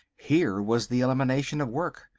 here was the elimination of work,